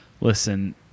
Listen